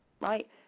right